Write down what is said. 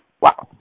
Wow